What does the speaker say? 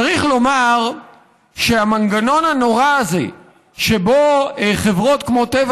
צריך לומר שהמנגנון הנורא הזה שבו חברות כמו טבע